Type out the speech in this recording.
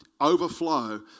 overflow